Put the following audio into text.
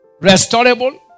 restorable